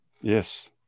yes